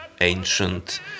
ancient